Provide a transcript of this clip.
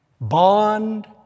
bond